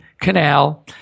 canal